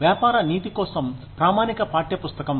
వ్యాపార నీతి కోసం ప్రామాణిక పాఠ్య పుస్తకం